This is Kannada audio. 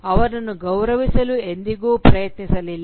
ಅವರನ್ನು ಗೌರವಿಸಲು ಎಂದಿಗೂ ಪ್ರಯತ್ನಿಸಲಿಲ್ಲ